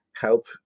help